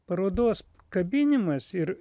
parodos kabinimas ir